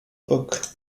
book